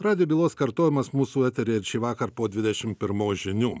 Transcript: radijo bylos kartojimas mūsų eteryje šįvakar po dvidešim pirmos žinių